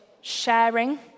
sharing